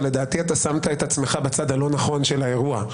אבל לדעתי שמת את עצמך בצד הלא נכון של האירוע.